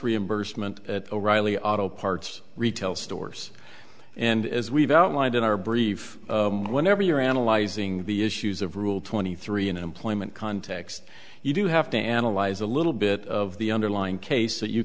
reimbursement at o'reilly auto parts retail stores and as we've outlined in our brief whenever you're analyzing the issues of rule twenty three in employment context you do have to analyze a little bit of the underlying case that you